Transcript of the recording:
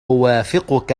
أوافقك